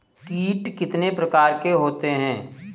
कीट कितने प्रकार के होते हैं?